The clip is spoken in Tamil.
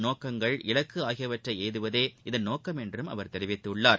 நோக்கங்கள் இலக்கு ஆகியவற்றை எய்துவதே இதன் நோக்கம் என்றும் அவர் தெரிவித்துள்ளார்